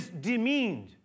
demeaned